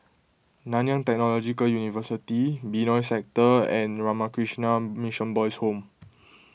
Nanyang Technological University Benoi Sector and Ramakrishna Mission Boys' Home